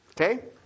Okay